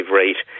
rate